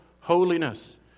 holiness